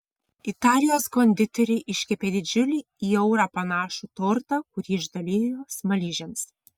italijos konditeriai iškepė didžiulį į eurą panašų tortą kurį išdalijo smaližiams